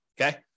okay